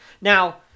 now